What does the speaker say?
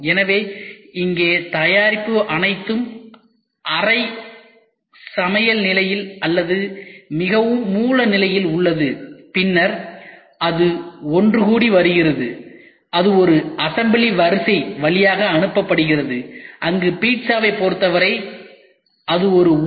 எனவே இங்கே தயாரிப்பு அனைத்தும் அரை சமையல் நிலையில் அல்லது மிகவும் மூல நிலையில் உள்ளது பின்னர் அது ஒன்றுகூடி வருகிறது அது ஒரு அசம்பிளி வரிசை வழியாக அனுப்பப்படுகிறது அங்கு பீட்சாவைப் பொறுத்தவரை இது ஒரு உலை